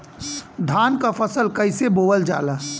धान क फसल कईसे बोवल जाला?